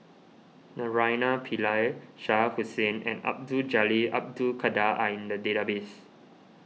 Naraina Pillai Shah Hussain and Abdul Jalil Abdul Kadir are in the database